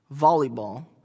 volleyball